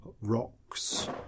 rocks